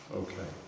okay